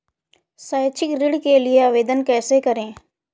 शैक्षिक ऋण के लिए आवेदन कैसे करें?